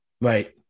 Right